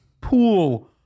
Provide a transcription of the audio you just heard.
pool